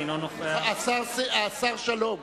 אינו נוכח השר שלום,